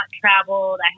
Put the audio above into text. traveled